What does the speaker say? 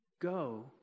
go